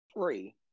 three